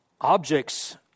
objects